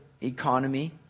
economy